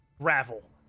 gravel